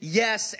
yes